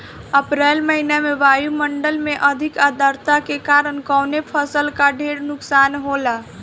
अप्रैल महिना में वायु मंडल में अधिक आद्रता के कारण कवने फसल क ढेर नुकसान होला?